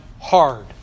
hard